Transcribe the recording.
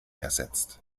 ersetzt